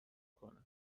کنه